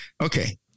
Okay